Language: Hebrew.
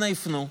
אנה יפנו?